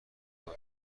باش